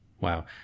Wow